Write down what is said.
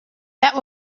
that